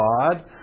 God